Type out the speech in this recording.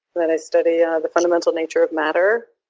but i study yeah the fundamental nature of matter,